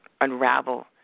unravel